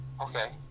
okay